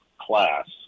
class